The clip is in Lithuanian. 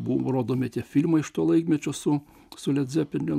buvo rodomi tie filmai iš to laikmečio su su le dzepelin